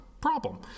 problem